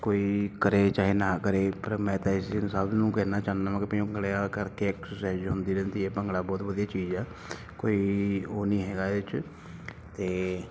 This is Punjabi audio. ਕੋਈ ਕਰੇ ਚਾਹੇ ਨਾ ਕਰੇ ਪਰ ਮੈਂ ਤਾਂ ਇਸ ਚੀਜ਼ ਨੂੰ ਸਭ ਨੂੰ ਕਹਿਣਾ ਚਾਹੁੰਦਾ ਕਿ ਭੰਗੜੇ ਕਰਕੇ ਐਕਸਸਾਈਜ ਹੁੰਦੀ ਰਹਿੰਦੀ ਹੈ ਭੰਗੜਾ ਬਹੁਤ ਵਧੀਆ ਚੀਜ਼ ਆ ਕੋਈ ਉਹ ਨਹੀਂ ਹੈਗਾ ਇਹਦੇ 'ਚ ਅਤੇ